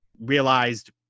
realized